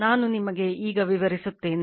ನಾನು ನಿಮಗೆ ಈಗ ವಿವರಿಸುತ್ತೇನೆ